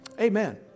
Amen